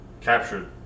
captured